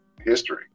history